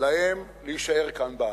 להם להישאר כאן בארץ?